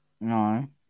No